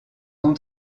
son